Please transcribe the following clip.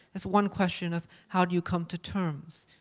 it's one question of, how do you come to terms?